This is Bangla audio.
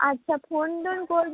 আচ্ছা ফোন টোন করবে